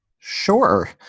Sure